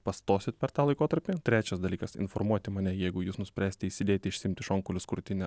pastosit per tą laikotarpį trečias dalykas informuoti mane jeigu jūs nuspręsite įsidėti išsiimti šonkaulius krūtinę